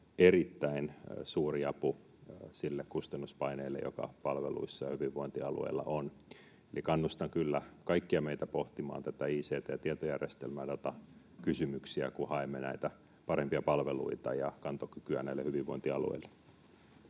erittäin suuri apu sille kustannuspaineelle, joka palveluissa ja hyvinvointialueilla on. Kannustan kyllä kaikkia meitä pohtimaan näitä ict‑ ja tietojärjestelmädatakysymyksiä, kun haemme näitä parempia palveluita ja kantokykyä hyvinvointialueille.